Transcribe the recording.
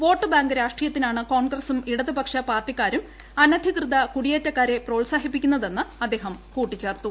vote bank രാഷ്ട്രീയത്തിനാണ് കോൺഗ്രസും ഇടതുപക്ഷ പാർട്ടിക്കാരും കുടിയേറ്റക്കാരെ പ്രോത്സാഹിപ്പിക്കുന്നതെന്ന് അദ്ദേഹം കൂട്ടിച്ചേർത്തു